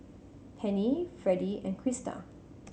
Penni Freddy and Krista